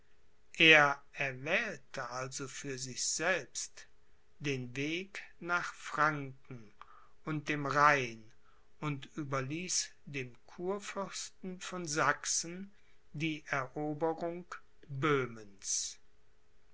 er erwählte also für sich selbst den weg nach franken und dem rhein und überließ dem kurfürsten von sachsen die eroberung